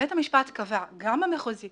בית המשפט קבע, גם המחוזי